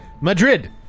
Madrid